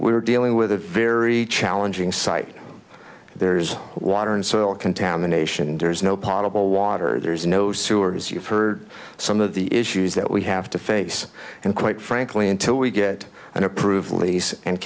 are dealing with a very challenging site there's water and soil contamination there's no possible water there's no sewer as you've heard some of the issues that we have to face and quite frankly until we get an approved lease and